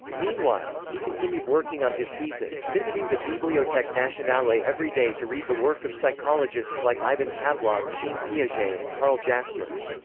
meanwhile, he continued working on his thesis, visiting the bibliotheque nationale every day to read the work of psychologists like ivan pavlov, jean piaget and karl jaspers.